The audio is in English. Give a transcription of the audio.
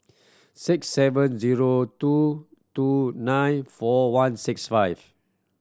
six seven zero two two nine four one six five